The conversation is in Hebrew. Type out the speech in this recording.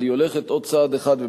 אבל היא הולכת עוד צעד אחד,